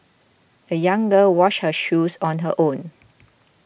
the young girl washed her shoes on her own